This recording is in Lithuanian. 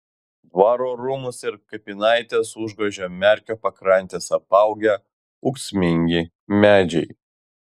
dvaro rūmus ir kapinaites užgožia merkio pakrantes apaugę ūksmingi medžiai